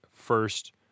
first